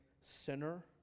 sinner